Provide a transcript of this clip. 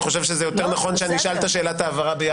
אני חושב שזה יותר נכון שנשאל ביחד את שאלת ההבהרה.